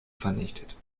vernichtet